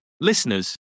listeners